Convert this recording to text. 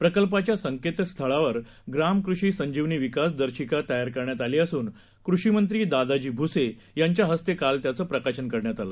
प्रकल्पाच्यासंकेतस्थळावरग्रामकृषीसंजीवनीविकासदर्शिकातयारकरण्यातआलीअसून कृषीमंत्रीदादाजीभुसेयांच्याहस्तेत्याचंकालप्रकाशनकरण्यातआलं